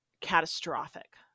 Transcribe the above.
catastrophic